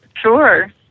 sure